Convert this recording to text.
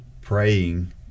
praying